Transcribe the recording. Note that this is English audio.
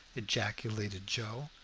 ejaculated joe.